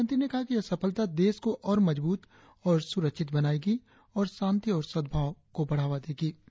प्रधानमंत्री ने कहा कि यह सफलता देश को और मजबूत और सुरक्षित बनायेगी और शांति और सदभाव को बढ़ावा देगी